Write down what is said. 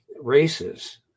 races